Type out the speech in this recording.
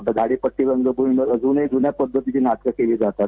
आता झाडीपट्टी रंगभूमीवर अजूनही जुन्या पद्धतीची नाटकं केली जातात